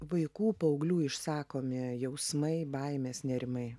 vaikų paauglių išsakomi jausmai baimės nerimai